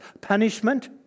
punishment